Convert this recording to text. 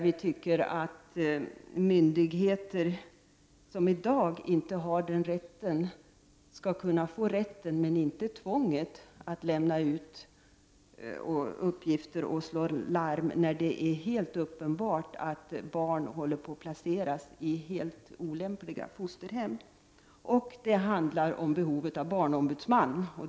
Vi anser att myndigheter som i dag inte har den rätten skall kunna få denna rätt, men inte tvånget att lämna ut uppgifter och slå larm när det är helt uppenbart att barn håller på att placeras i helt olämpliga fosterhem. Folkpartiet har i en reservation tillsammans med centern, vpk och miljöpartiet tagit upp behovet av en barnombudsman.